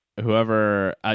whoever